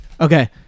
Okay